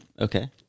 Okay